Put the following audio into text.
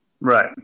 Right